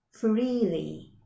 Freely